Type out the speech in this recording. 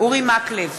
אורי מקלב,